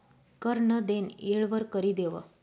कर नं देनं येळवर करि देवं